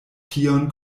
tion